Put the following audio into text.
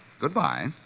goodbye